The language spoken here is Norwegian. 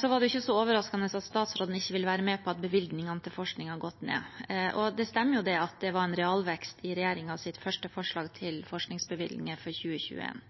Det var ikke så overraskende at statsråden ikke ville være med på at bevilgningene til forskning har gått ned. Det stemmer at det var en realvekst i regjeringens første forslag til forskningsbevilgninger for 2021,